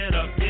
up